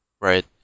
right